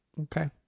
Okay